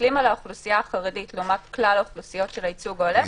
כשמסתכלים על האוכלוסייה החרדית לעומת כלל האוכלוסיות של הייצוג ההולם,